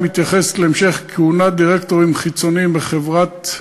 היית צריך להקשיב לחבר הכנסת